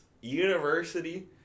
university